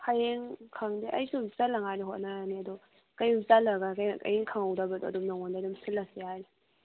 ꯍꯌꯦꯡ ꯈꯪꯗꯦ ꯑꯩꯁꯨ ꯆꯜꯂꯉꯥꯏꯗꯤ ꯍꯣꯠꯅꯔꯅꯤ ꯑꯗꯣ ꯀꯔꯤꯒꯨꯝ ꯆꯠꯂꯒ ꯀꯔꯤꯝ ꯈꯪꯍꯧꯗꯕꯗꯣ ꯑꯗꯨꯝ ꯅꯉꯣꯟꯗ ꯑꯗꯨꯝ ꯁꯤꯜꯂꯁꯨ ꯌꯥꯏꯅ